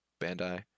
Bandai